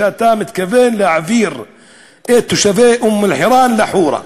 אמרת שאתה מתכוון להעביר את תושבי אום-אלחיראן לחורה.